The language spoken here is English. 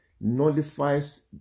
nullifies